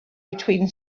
between